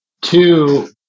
two